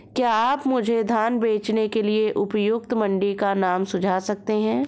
क्या आप मुझे धान बेचने के लिए उपयुक्त मंडी का नाम सूझा सकते हैं?